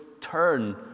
turn